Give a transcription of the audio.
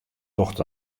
docht